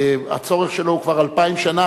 הצורך שלו הוא כבר אלפיים שנה,